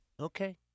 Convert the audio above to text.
Okay